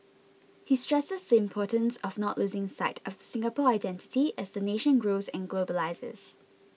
he stresses the importance of not losing sight of the Singapore identity as the nation grows and globalises